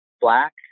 black